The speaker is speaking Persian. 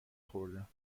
خوردم